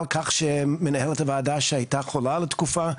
על כך שמנהלת הוועדה שהייתה חולה לתקופה,